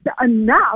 enough